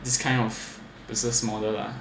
this kind of business model lah